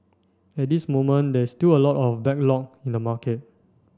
at this moment there is still a lot of backlog in the market